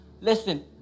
Listen